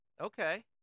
Okay